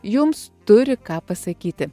jums turi ką pasakyti